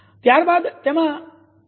ત્યારબાદ તેમાં વધારો થતો નથી